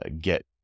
get